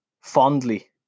fondly